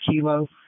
Kilo